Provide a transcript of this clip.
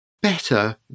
better